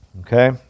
Okay